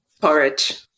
Porridge